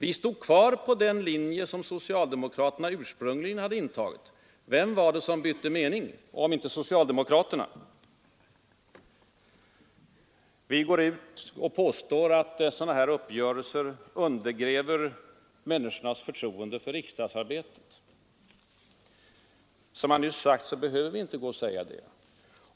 Vi stod kvar på den linje som socialdemokraterna ursprungligen hade intagit. Vem var det som bytte mening, om inte socialdemokraterna? Vi går ut och påstår att sådana här uppgörelser undergräver människornas förtroende för riksdagsarbetet, säger herr Palme. Som jag nyss påpekade behöver vi inte säga det.